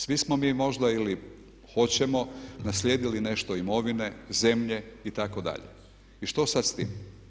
Svi smo mi možda ili hoćemo naslijedili nešto imovine, zemlje itd. i što sad s tim.